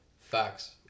Facts